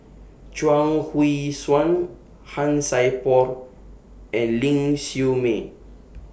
Chuang Hui Tsuan Han Sai Por and Ling Siew May